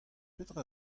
petra